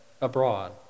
abroad